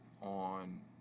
on